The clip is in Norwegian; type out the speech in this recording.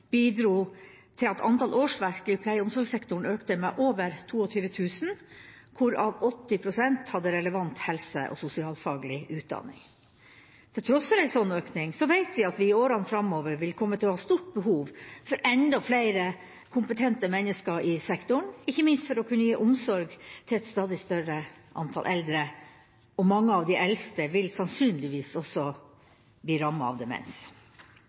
bidro til at antall årsverk i pleie- og omsorgssektoren økte med over 22 000, hvorav 80 pst. hadde relevant helse- og sosialfaglig utdanning. Til tross for en slik øking vet vi at vi i årene framover vil komme til å ha stort behov for enda flere kompetente mennesker i sektoren – ikke minst for å kunne gi omsorg til et stadig større antall eldre. Mange av de eldste vil sannsynligvis også bli rammet av demens.